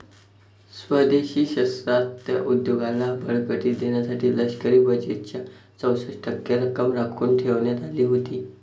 स्वदेशी शस्त्रास्त्र उद्योगाला बळकटी देण्यासाठी लष्करी बजेटच्या चौसष्ट टक्के रक्कम राखून ठेवण्यात आली होती